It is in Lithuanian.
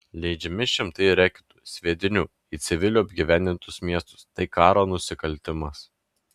leidžiami šimtai reketų sviedinių į civilių apgyvendintus miestus tai karo nusikaltimas